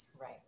right